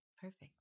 Perfect